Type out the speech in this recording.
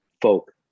folk